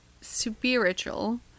spiritual